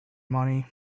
money